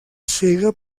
sega